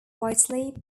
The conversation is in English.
whitley